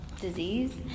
disease